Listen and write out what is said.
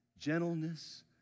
gentleness